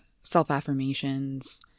self-affirmations